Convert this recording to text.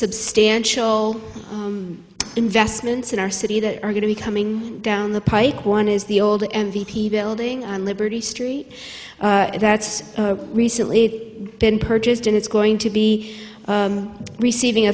substantial investments in our city that are going to be coming down the pike one is the old and liberty street that's recently been purchased and it's going to be receiving